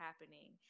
happening